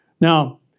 Now